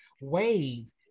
wave